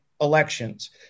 elections